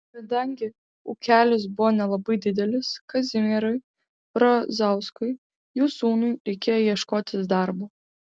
kadangi ūkelis buvo nelabai didelis kazimierui brazauskui jų sūnui reikėjo ieškotis darbo